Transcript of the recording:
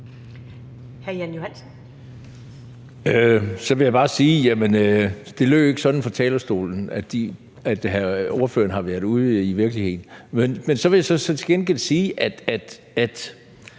Så vil jeg bare sige: Jamen det lød ikke sådan fra talerstolen, altså, at ordføreren har været ude i virkeligheden. Men jeg vil så til gengæld sige, at